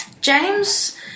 James